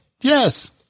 Yes